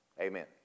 Amen